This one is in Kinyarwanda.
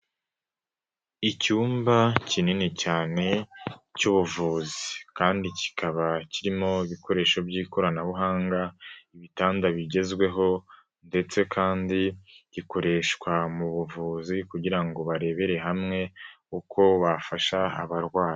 Icyumba kinini cyane cy'ubuvuzi kandi kikaba kirimo ibikoresho by'ikoranabuhanga, ibitanda bigezweho ndetse kandi gikoreshwa mu buvuzi kugira ngo barebere hamwe uko bafasha abarwayi.